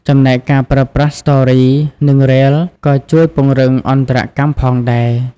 ចំណែកការប្រើប្រាស់ ស្ទររី និង រ៉េលស៍ ក៏ជួយពង្រឹងអន្តរកម្មផងដែរ។